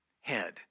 head